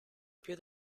più